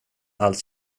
allt